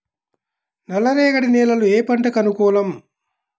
నల్ల రేగడి నేలలు ఏ పంటకు అనుకూలం?